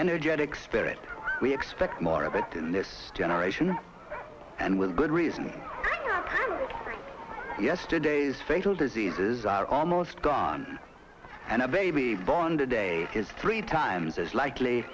energetic spirit we expect more of it in this generation and with good reason yesterday's fatal diseases are almost gone and a baby born today is three times as likely